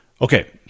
Okay